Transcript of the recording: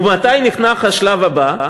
ומתי נחנך השלב הבא?